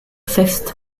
fifth